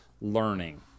learning